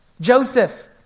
Joseph